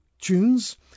tunes